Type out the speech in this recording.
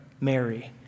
Mary